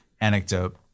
anecdote